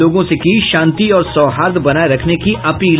लोगों से की शांति और सौहार्द बनाये रखने की ै अपील